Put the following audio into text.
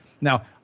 Now